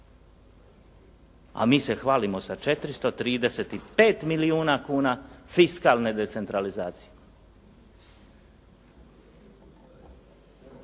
a mi se hvalimo sa 435 milijuna kuna fiskalne decentralizacije.